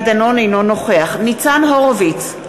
אינו נוכח ניצן הורוביץ,